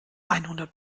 einhundert